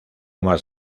más